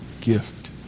gift